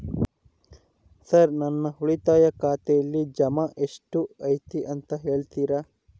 Sir ನನ್ನ ಉಳಿತಾಯ ಖಾತೆಯಲ್ಲಿ ಜಮಾ ಎಷ್ಟು ಐತಿ ಅಂತ ಹೇಳ್ತೇರಾ?